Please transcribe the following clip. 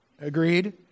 Agreed